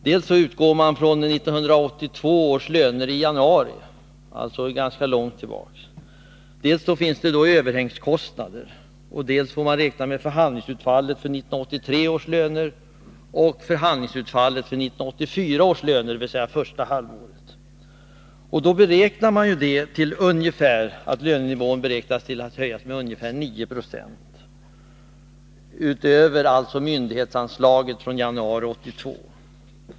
Dels utgår man från lönerna i januari 1982, alltså ganska långt tillbaka, dels finns det överhängskostnader, dels får man räkna med förhandlingsutfallet beträffande 1983 års löner och förhandlingsutfallet beträffande 1984 års löner, dvs. för första halvåret. Man räknar med att lönenivån kommer att höjas med ungefär 9 Jo utöver myndighetsanslaget från januari 1982.